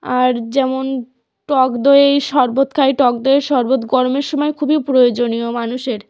আর যেমন টক দইয়ের শরবত খাই টক দইয়ের শরবত গরমের সমায় খুবই প্রয়োজনীয় মানুষের